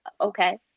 okay